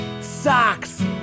Socks